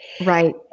Right